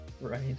right